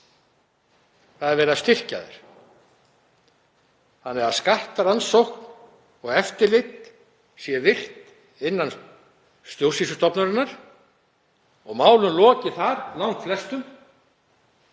það er verið að styrkja þær þannig að skattrannsókn og eftirlit sé virkt innan stjórnsýslustofnunarinnar og málum lokið þar, langflestum.